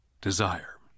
desire